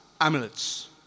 amulets